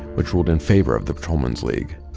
which ruled in favor of the patrolmen's league.